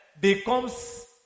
becomes